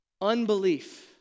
Unbelief